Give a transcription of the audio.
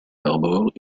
harbor